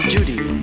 Judy